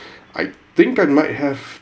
I think I might have